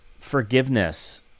forgiveness